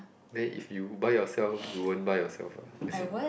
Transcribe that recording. then if you buy yourself you won't buy yourself ah as in